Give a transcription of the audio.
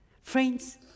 Friends